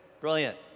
Brilliant